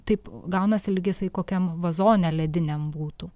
taip gaunasi lyg jisai kokiam vazone lediniam būtų